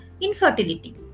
infertility